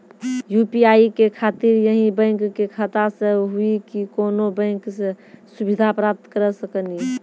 UPI के खातिर यही बैंक के खाता से हुई की कोनो बैंक से सुविधा प्राप्त करऽ सकनी?